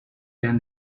than